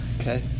Okay